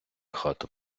хату